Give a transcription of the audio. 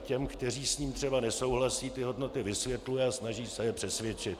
A i těm, kteří s ním třeba nesouhlasí, ty hodnoty vysvětluje a snaží se je přesvědčit.